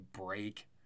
break